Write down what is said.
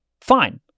Fine